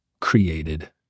created